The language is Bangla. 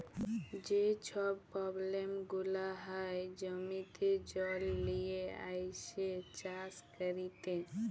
যে ছব পব্লেম গুলা হ্যয় জমিতে জল লিয়ে আইসে চাষ ক্যইরতে